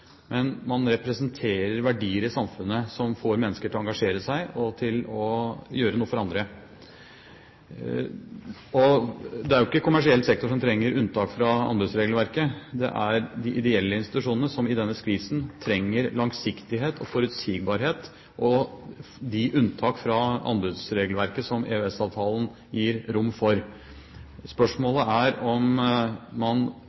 men man representerer verdier i samfunnet som får mennesker til å engasjere seg, og til å gjøre noe for andre. Og det er jo ikke kommersiell sektor som trenger unntak fra anbudsregelverket, det er de ideelle institusjonene, som i denne skvisen trenger langsiktighet og forutsigbarhet og de unntak fra anbudsregelverket som EØS-avtalen gir rom for. Spørsmålet er om man